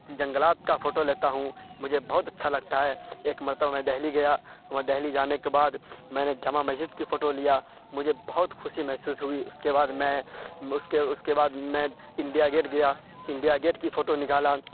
جنگلات کا فوٹو لیتا ہوں مجھے بہت اچھا لگتا ہے ایک مرتبہ میں دہلی گیا وہاں دہلی جانے کے بعد میں نے جامع مسجد کی فوٹو لیا مجھے بہت خوشی محسوس ہوئی اس کے بعد میں اس کے اس کے بعد میں انڈیا گیٹ گیا انڈیا گیٹ کی فوٹو نکالا